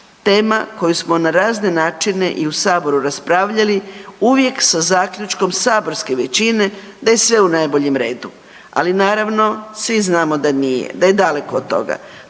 Tema koju smo na razne načine i u saboru raspravljali uvijek sa zaključkom saborske većine da je sve u najboljem redu, ali naravno svi znamo da nije da je daleko od toga.